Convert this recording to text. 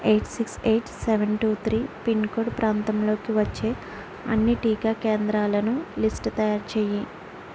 eight six eight seven two three pin code ప్రాంతంలోకి వచ్చే అన్ని టీకా కేంద్రాలను లిస్టు తయారుచెయ్యి